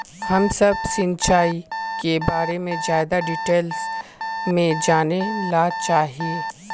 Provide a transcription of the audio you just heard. हम सब सिंचाई के बारे में ज्यादा डिटेल्स में जाने ला चाहे?